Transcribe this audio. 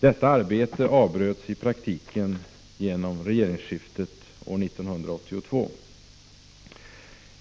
Detta arbete avbröts i praktiken genom regeringsskiftet 1982.